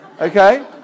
okay